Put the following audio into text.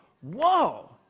whoa